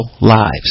lives